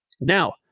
now